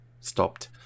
stopped